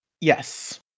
Yes